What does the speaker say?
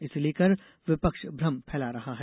इसे लेकर विपक्ष भ्रम फैला रहा है